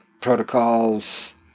protocols